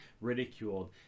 ridiculed